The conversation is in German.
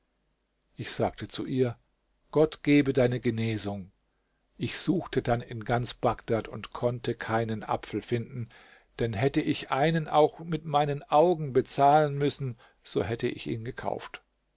ich sagte zu ihr gott gebe deine genesung ich suchte dann in ganz bagdad und konnte keinen apfel finden denn hätte ich einen auch mit meinen augen bezahlen müssen so hätte ich ihn gekauft